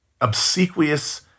obsequious